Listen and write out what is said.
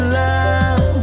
love